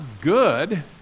good